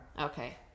Okay